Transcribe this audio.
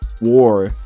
war